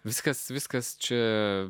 viskas viskas čia